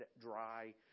dry